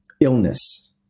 illness